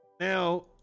now